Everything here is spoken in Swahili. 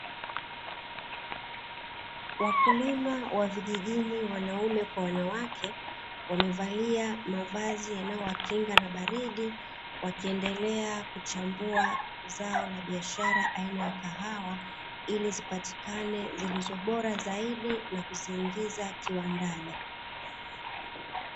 Wakulima wa vijijini wanaume kwa wanawake, wamevalia mavazi yanayo wakinga na baridi, wakiendelea kuchambua zao la biashara aina ya kahawa ili zipatikane zilizo bora zaidi na kuziingiza kiwandani.